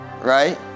right